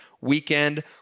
Weekend